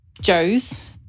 Joes